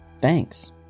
thanks